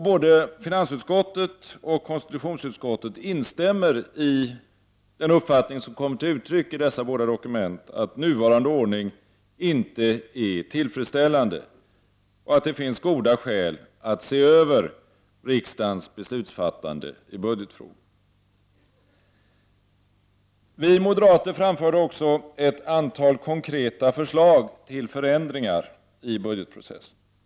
Både finansutskottet och konstitutionsutskottet instämmer i uppfattningen som har kommit till uttryck i dessa båda dokument att nuvarande ordning inte är tillfredsställande och att det finns goda skäl att se över riksdagens beslutsfattande i budgetfrågor. Vi moderater framförde även ett antal konkreta förslag till förändringar i budgetprocessen.